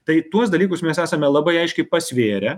tai tuos dalykus mes esame labai aiškiai pasvėrę